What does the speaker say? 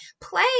play